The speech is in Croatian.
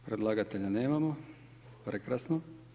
Predlagatelja nemamo, prekrasno.